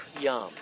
yum